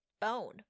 bone